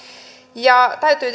täytyy